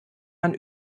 man